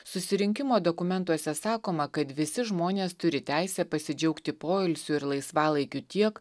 susirinkimo dokumentuose sakoma kad visi žmonės turi teisę pasidžiaugti poilsiu ir laisvalaikiu tiek